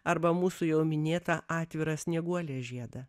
arba mūsų jau minėtą atvirą snieguolės žiedą